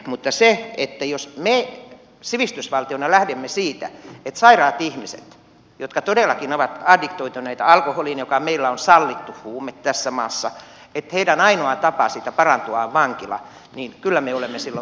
mutta jos me sivistysvaltiona lähdemme siitä että sairaiden ihmisten jotka todellakin ovat addiktoituneita alkoholiin joka meillä on sallittu huume tässä maassa ainoa tapa parantua siitä on vankila niin kyllä me olemme silloin väärällä tiellä